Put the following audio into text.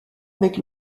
avec